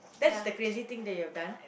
that's the crazy thing that you have done